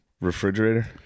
refrigerator